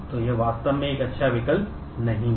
तो यह वास्तव में एक अच्छा विकल्प नहीं है